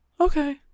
okay